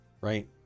right